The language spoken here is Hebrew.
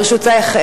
ברשותך,